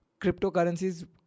cryptocurrencies